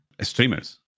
streamers